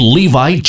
Levi